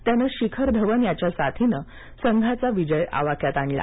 त्यानं शिखर धवन याच्या साथीनं संघाचा विजय आवाक्यात आणला